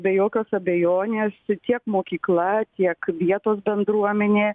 be jokios abejonės tiek mokykla tiek vietos bendruomenė